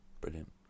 brilliant